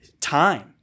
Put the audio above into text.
time